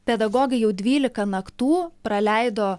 pedagogai jau dvylika naktų praleido